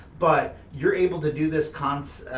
but you're able to do this content,